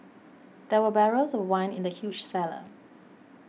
there were barrels of wine in the huge cellar